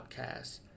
podcast